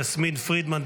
יסמין פרידמן,